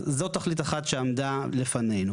אז זו תוכנית אחת שעמדה בפנינו.